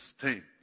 team